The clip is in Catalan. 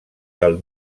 del